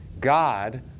God